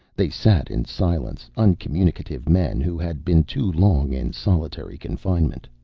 they sat in silence, uncommunicative men who had been too long in solitary confinement.